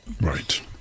Right